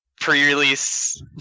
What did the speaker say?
pre-release